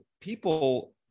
people